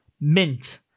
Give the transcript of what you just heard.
mint